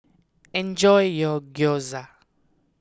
enjoy your Gyoza